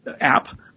app